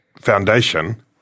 Foundation